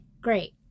Great